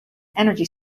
energy